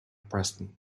preston